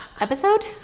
episode